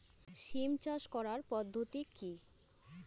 সিম চাষ করার পদ্ধতি কী?